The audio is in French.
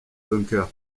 bunker